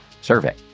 survey